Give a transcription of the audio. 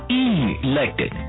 elected